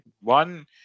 One